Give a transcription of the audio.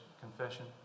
Confession